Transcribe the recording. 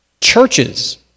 churches